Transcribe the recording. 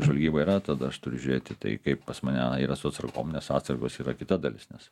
žvalgyba yra tada aš turiu žiūrėt į tai kaip pas mane yra su atsargom nes atsargos yra kita dalis nes